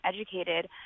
educated